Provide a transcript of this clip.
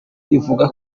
ivuga